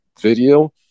video